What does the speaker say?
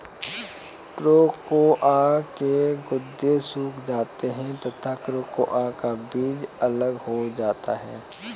cocoa के गुदे सूख जाते हैं तथा कोकोआ का बीज अलग हो जाता है